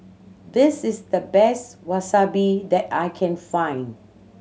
this is the best Wasabi that I can find